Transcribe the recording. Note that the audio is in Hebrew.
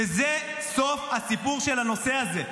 וזה סוף הסיפור של הנושא הזה.